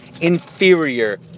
inferior